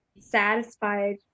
satisfied